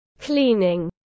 cleaning